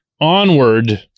onward